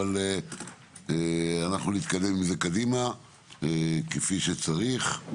ונתקדם עם זה קדימה כפי שצריך.